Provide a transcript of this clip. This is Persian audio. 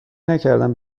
نکردم